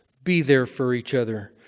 be there for each other.